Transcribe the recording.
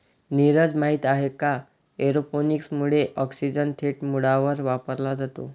नीरज, माहित आहे का एरोपोनिक्स मुळे ऑक्सिजन थेट मुळांवर वापरला जातो